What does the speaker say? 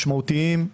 משמעותיים,